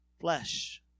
flesh